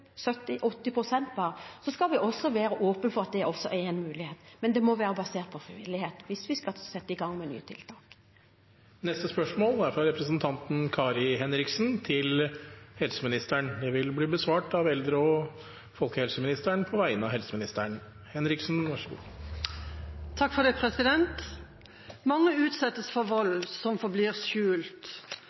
skal vi være åpne for at det også er en mulighet. Det må være basert på frivillighet hvis vi skal sette i gang med nye tiltak. Spørsmål 4, fra representanten Kari Henriksen til helseministeren, vil bli besvart av eldre- og folkehelseministeren på vegne av helseministeren, som er bortreist. «Mange utsettes for vold som forblir skjult. Regjeringens handlingsplan fikk kritikk fra mange